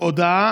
הודעה